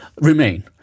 remain